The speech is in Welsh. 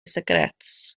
sigaréts